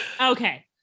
okay